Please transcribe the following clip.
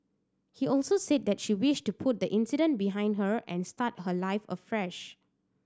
he also said that she wished to put the incident behind her and start her life afresh